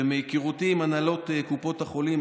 ומהיכרותי עם הנהלות קופות החולים,